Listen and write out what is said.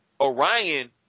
Orion